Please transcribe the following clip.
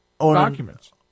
documents